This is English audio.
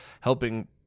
helping